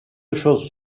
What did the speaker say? choses